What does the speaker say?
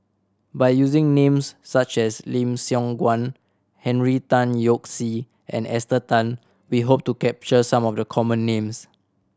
by using names such as Lim Siong Guan Henry Tan Yoke See and Esther Tan we hope to capture some of the common names